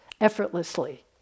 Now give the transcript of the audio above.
effortlessly